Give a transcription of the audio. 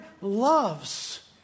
loves